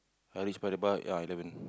Harish by the bar ah eleven